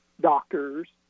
doctors